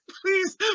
please